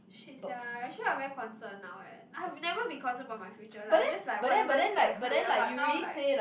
shit lah actually I very concern now leh I've never been concern about my future lah like I just like whatever got career but now like